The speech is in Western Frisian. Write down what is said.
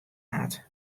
hat